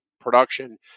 production